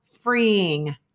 freeing